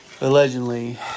allegedly